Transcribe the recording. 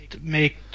make